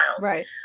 right